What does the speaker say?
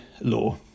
law